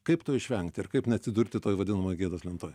kaip to išvengt ir kaip neatsidurti toj vadinamoj gėdos lentoj